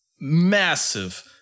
massive